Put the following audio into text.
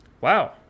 Wow